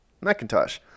Macintosh